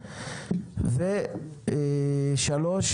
הזה; שלוש,